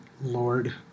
Lord